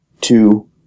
two